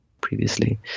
previously